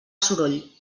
soroll